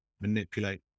manipulate